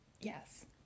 Yes